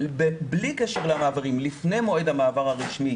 בלי קשר למעברים, לפני מועד המעבר הרשמי